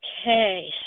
Okay